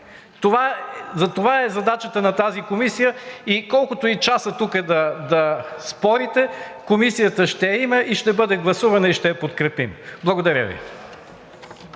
Това е задачата на тази комисия и колкото и часа тук да спорите, Комисията ще я има, ще бъде гласувана и ще я подкрепим. Благодаря Ви.